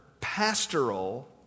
pastoral